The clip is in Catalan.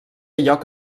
lloc